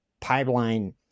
pipeline